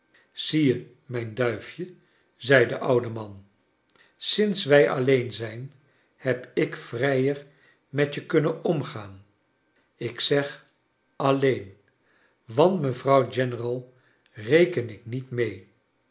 zie je mijn duifje zei de oude man sinds wij alleen zijn heb ik vrijer met je kunnen omgaan ik zeg alleen want mevrouw general reken ik niet mee